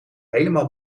helemaal